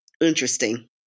interesting